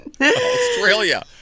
Australia